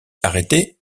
arrêtée